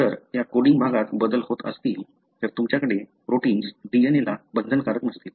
जर त्या कोडिंग भागात बदल होत असतील तर तुमच्याकडे प्रोटिन्स DNA ला बंधनकारक नसतील